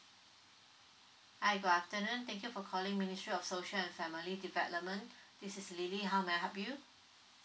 hi good afternoon thank you for calling ministry of social and family development this is lily how may I help you